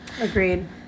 agreed